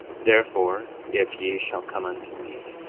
therefore, if ye shall come unto me,